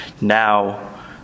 now